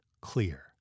clear